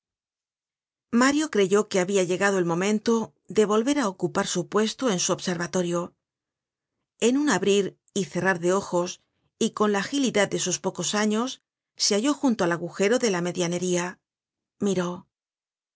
mario creyó que habia llegado el momento de volver á ocupar su puesto en su observatorio en un abrir y cerrar de ojos y con la agilidad de sus pocos años se halló junto al agujero de la medianería miró el